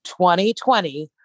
2020